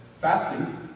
fasting